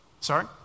Sorry